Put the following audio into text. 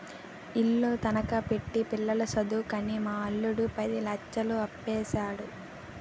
ఇల్లు తనఖా పెట్టి పిల్ల సదువుకని మా అల్లుడు పది లచ్చలు అప్పుసేసాడు